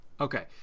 Okay